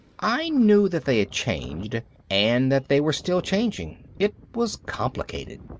i knew that they had changed and that they were still changing. it was complicated.